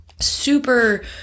super